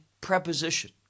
preposition